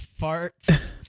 Farts